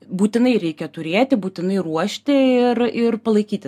būtinai reikia turėti būtinai ruošti ir ir palaikyti